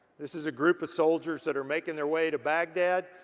this is a group of soldiers that are making their way to baghdad.